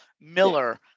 Miller